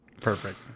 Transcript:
Perfect